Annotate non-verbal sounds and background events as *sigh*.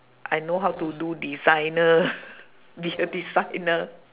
I know how to do designer *laughs* be a designer